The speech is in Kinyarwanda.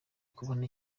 kubona